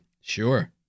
Sure